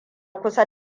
kusa